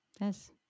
Yes